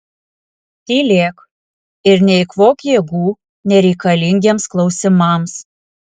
tylėk ir neeikvok jėgų nereikalingiems klausimams